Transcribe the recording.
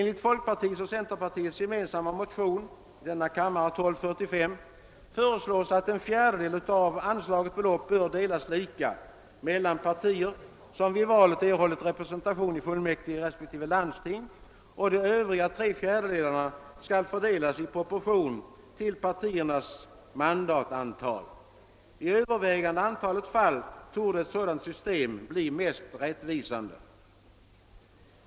I folkpartiets och centerpartiets gemensamma motion II: 1245 föreslås att en fjärdedel av anslaget belopp bör delas lika mellan de partier som vid valet erhållit representation i fullmäktige respektive landsting och att de övriga tre fjärdedelarna skall fördelas i proportion till partiernas mandatantal. I övervägande antalet fall torde ett sådant system bli mest rättvisande.